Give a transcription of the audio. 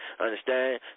Understand